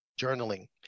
journaling